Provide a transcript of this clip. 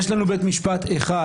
יש לנו בית משפט אחד,